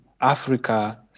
Africa